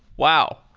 wow.